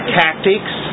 tactics